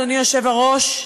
אדוני היושב-ראש,